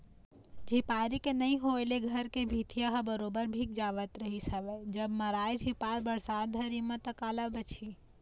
झिपारी के नइ होय ले घर के भीतिया ह बरोबर भींग जावत रिहिस हवय जब मारय झिपार बरसात घरी म ता काला बचही